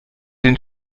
den